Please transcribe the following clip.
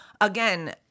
Again